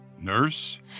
Nurse